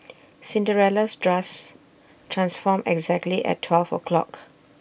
Cinderella's dress transformed exactly at twelve o' clock